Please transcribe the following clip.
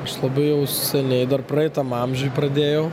aš labai jau seniai dar praeitam amžiuj pradėjau